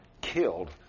killed